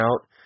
out